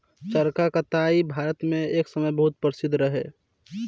चरखा कताई भारत मे एक समय बहुत प्रसिद्ध रहे